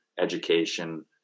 education